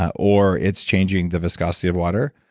ah or it's changing the viscosity of water.